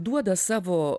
duoda savo